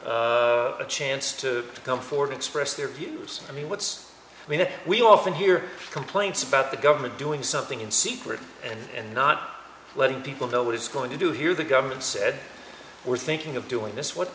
people a chance to come forward to express their views i mean what's we know we often hear complaints about the government doing something in secret and not letting people know what it's going to do here the government said we're thinking of doing this what